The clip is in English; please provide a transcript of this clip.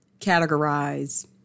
categorize